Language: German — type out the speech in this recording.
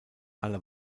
alle